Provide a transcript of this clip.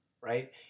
right